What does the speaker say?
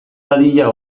dadila